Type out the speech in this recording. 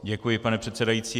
Děkuji, pane předsedající.